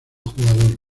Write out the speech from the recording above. jugador